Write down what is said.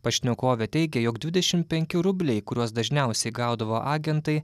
pašnekovė teigė jog dvidešimt penki rubliai kuriuos dažniausiai gaudavo agentai